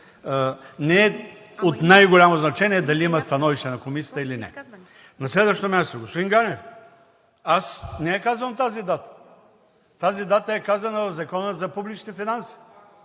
не е от най-голямо значение дали има становище на комисията или не. На следващо място, господин Ганев, не е казана тази дата, тази дата е казана в Закона за публичните финанси.